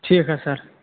ٹھیٖک حظ سَر